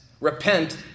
Repent